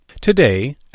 Today